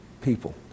people